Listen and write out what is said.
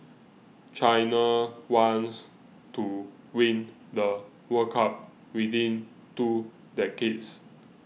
china wants to win the World Cup within two decades